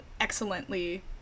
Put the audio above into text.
excellently